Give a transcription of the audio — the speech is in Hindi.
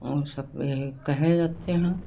और सब यही कहे जाते हैं